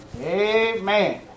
Amen